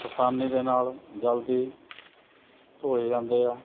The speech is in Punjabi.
ਆਸਾਨੀ ਦੇ ਨਾਲ ਜਲਦੀ ਧੋਤੇ ਜਾਂਦੇ ਆ